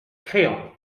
créon